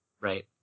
right